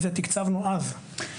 את זה תקצבנו אז,